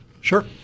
Sure